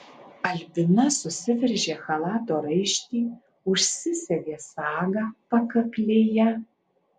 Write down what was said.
albina susiveržė chalato raištį užsisegė sagą pakaklėje